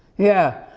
yeah,